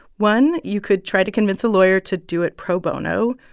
one, you could try to convince a lawyer to do it pro bono.